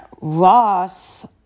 Ross